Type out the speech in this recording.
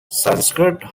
sanskrit